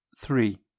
three